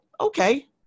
Okay